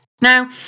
Now